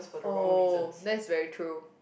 oh that's very true